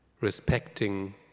respecting